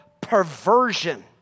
perversion